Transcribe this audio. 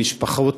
משפחות.